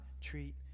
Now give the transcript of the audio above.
treat